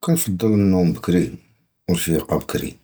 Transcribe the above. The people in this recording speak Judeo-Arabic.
קִנְפַצֵל הַנּוּם בְּקְרִי וְהַפְיַאק בְּקְרִי,